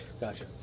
Gotcha